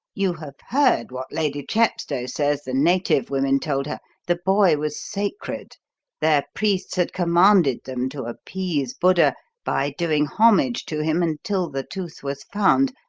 you have heard what lady chepstow says the native women told her the boy was sacred their priests had commanded them to appease buddha by doing homage to him until the tooth was found,